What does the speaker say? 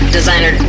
Designer